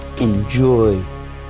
enjoy